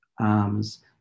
arms